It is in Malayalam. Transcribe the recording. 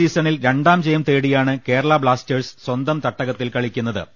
ഈ സീസണിൽ രണ്ടാം ജയം തേടിയാണ് കേരള ബ്ലാസ്റ്റേഴ്സ് സ്വന്തം തട്ടകത്തിൽ കളിക്കിറങ്ങുന്നത്